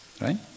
right